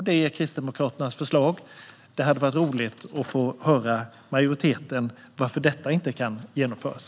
Detta är Kristdemokraternas förslag, och det hade varit roligt att få höra från majoriteten varför detta inte kan genomföras.